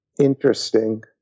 interesting